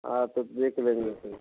हाँ तो देख लेंगे फिर